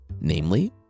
namely